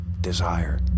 desire